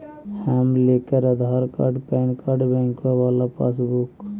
हम लेकर Aadhaar card PAN card बैंकवा वाला पासबुक?